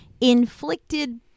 inflicted